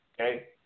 okay